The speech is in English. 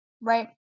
right